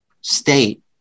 state